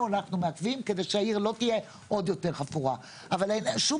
אנחנו מעכבים כדי שהעיר לא תהיה עוד יותר חפורה אבל אין שום